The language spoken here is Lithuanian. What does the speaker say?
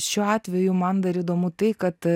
šiuo atveju man dar įdomu tai kad